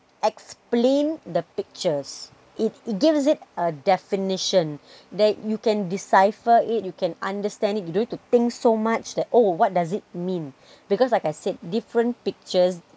explained the pictures it gives it a definition that you can decipher it you can understand it you don't need to think so much that oh what does it mean because like I said different pictures